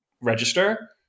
register